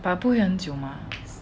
but 不会很久吗